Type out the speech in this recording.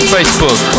Facebook